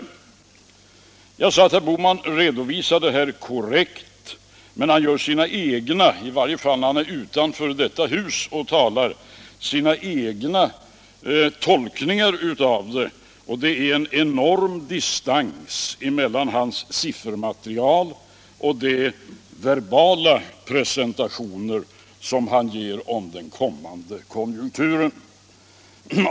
Allmänpolitisk debatt Allmänpolitisk debatt Jag sade att herr Bohman redovisade fakta korrekt, men i varje fall när han är utanför detta hus och talar gör han sina egna tolkningar av dem. Det är en enorm distans mellan hans siffermaterial och de verbala presentationer som han ger av den kommande konjunkturen.